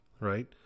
right